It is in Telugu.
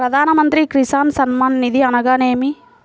ప్రధాన మంత్రి కిసాన్ సన్మాన్ నిధి అనగా ఏమి?